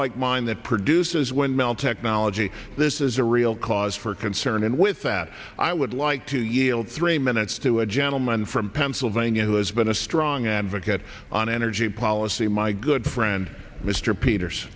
like mine that produces when mel technology this is a real cause for concern and with that i would like to yield three minutes to a gentleman from pennsylvania who has been a strong advocate on energy policy my good friend mr peters